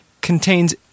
contains